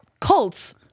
Cults